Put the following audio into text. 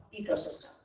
ecosystem